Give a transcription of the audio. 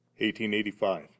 1885